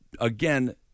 again